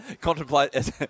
Contemplate